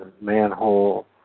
manhole